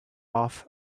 off